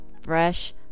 Fresh